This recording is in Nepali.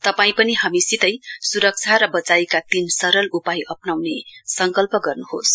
तपाई पनि हामीसितै सुरक्षा र बचाइका तीन सरल उपायहरू अप्राउने संकल्प गर्नुहोस्